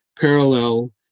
parallel